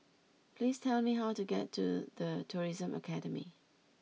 please tell me how to get to The Tourism Academy